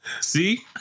see